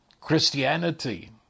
Christianity